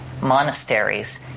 monasteries